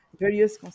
various